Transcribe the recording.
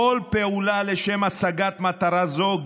כל פעולה לשם השגת מטרה זו,